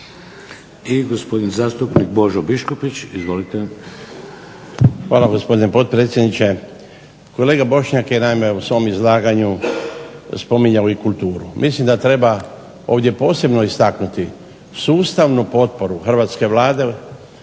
I gospodin zastupnik Božo Biškupić. Izvolite. **Biškupić, Božo (HDZ)** Hvala gospodine potpredsjedniče. Kolega Bošnjak je naime u svom izlaganju spominjao i kulturu. Mislim da treba ovdje posebno istaknuti sustavu poTporu hrvatske Vlade